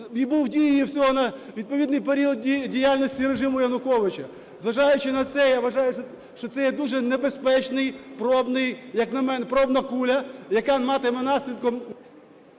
і був в дії всього на відповідний період діяльності режиму Януковича. Зважаючи на це, я вважаю, що це є дуже небезпечний, пробний, як на мене, пробна куля, яка матиме наслідком…